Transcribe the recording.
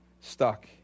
stuck